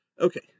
Okay